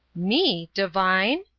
me! divine?